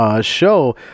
show